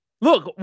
look